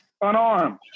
unarmed